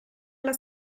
alla